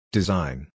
Design